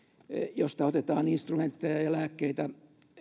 josta otetaan instrumentteja ja ja lääkkeitä